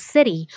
City